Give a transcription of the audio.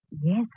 yes